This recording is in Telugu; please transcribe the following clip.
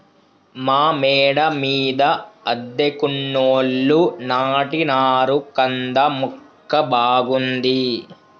మా మేడ మీద అద్దెకున్నోళ్లు నాటినారు కంద మొక్క బాగుంది